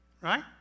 Right